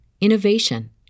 innovation